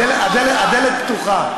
תחזור, הדלת פתוחה.